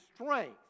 strength